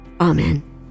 Amen